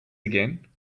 again